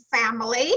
family